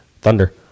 Thunder